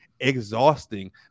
exhausting